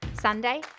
Sunday